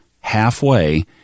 halfway